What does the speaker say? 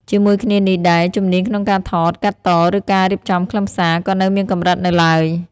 ជាមួយគ្នានេះដែរ ជំនាញក្នុងការថត កាត់ត ឬការរៀបចំខ្លឹមសារ ក៏នៅមានកម្រិតនៅឡើយ។